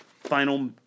final